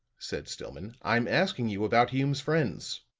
said stillman. i'm asking you about hume's friends.